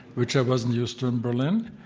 which i wasn't used to in berlin.